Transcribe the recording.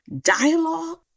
dialogue